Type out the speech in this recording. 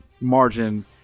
margin